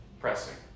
pressing